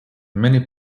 many